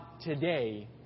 today